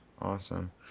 Awesome